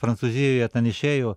prancūzijoje ten išėjo